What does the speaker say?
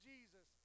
Jesus